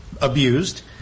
abused